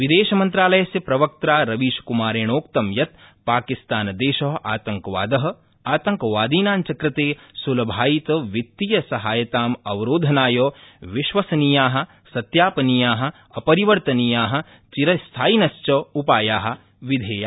विदेशमन्त्रालयस्य प्रवक्त्रा रवीशकृमारेणोक्तं यत् पाकिस्तानदेश आतंकवाद आतंकवादिनां च कृते सुलभायितवित्तीयसहायताम् अवरोधनाय विश्वसनीया सत्यापनीया अपरिवर्तनीया चिरस्थायिनश्च उपाया विधेया